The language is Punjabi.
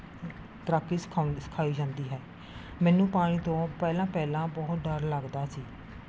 ਤੈਰਾਕੀ ਸਿਖਾਉਂਦ ਸਿਖਾਈ ਜਾਂਦੀ ਹੈ ਮੈਨੂੰ ਪਾਣੀ ਤੋਂ ਪਹਿਲਾਂ ਪਹਿਲਾਂ ਬਹੁਤ ਡਰ ਲੱਗਦਾ ਸੀ